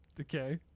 Okay